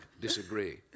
disagree